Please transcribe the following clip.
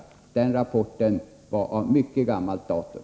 Rapporten om den katastrofen var av ett mycket gammalt datum.